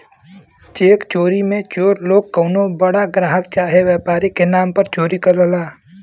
check चोरी मे चोर लोग कउनो बड़ा ग्राहक चाहे व्यापारी के नाम पर चोरी करला